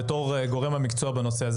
בתור הגורם המקצועי בנושא הזה,